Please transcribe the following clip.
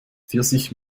pfirsich